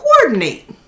Coordinate